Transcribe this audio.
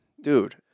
Dude